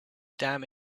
damn